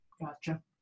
Gotcha